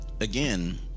again